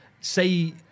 say